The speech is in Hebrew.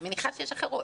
אני מניחה שיש אחרות.